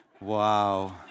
wow